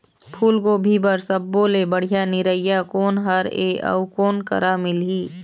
फूलगोभी बर सब्बो ले बढ़िया निरैया कोन हर ये अउ कोन करा मिलही?